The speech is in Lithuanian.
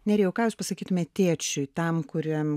nerijau ką jūs pasakytumėt tėčiui tam kuriam